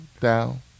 down